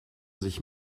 sich